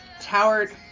towered